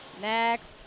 Next